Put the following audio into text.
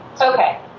Okay